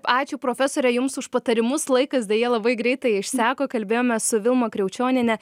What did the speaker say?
ačiū profesore jums už patarimus laikas deja labai greitai išseko kalbėjome su vilma kriaučioniene